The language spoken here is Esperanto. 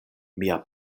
mia